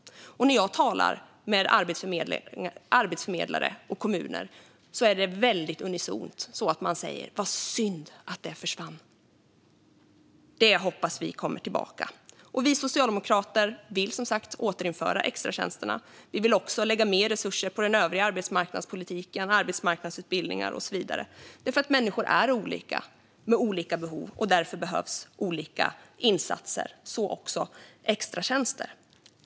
När jag talar med arbetsförmedlare och kommuner säger de väldigt unisont: Vad synd att de försvann. Vi hoppas att de kommer tillbaka. Vi socialdemokrater vill, som sagt, återinföra extratjänsterna. Vi vill också lägga mer resurser på den övriga arbetsmarknadspolitiken - arbetsmarknadsutbildningar och så vidare - därför att människor är olika med olika behov. Därför behövs olika insatser, så också extratjänster.